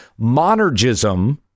Monergism